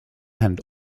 and